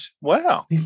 Wow